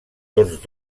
tots